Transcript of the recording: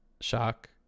shock